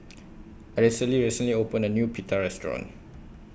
Araceli recently opened A New Pita Restaurant